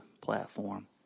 platform